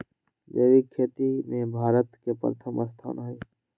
जैविक खेती में भारत के प्रथम स्थान हई